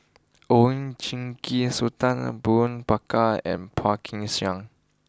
Oon Jin Gee Sultan Abu Bakar and Phua Kin Siang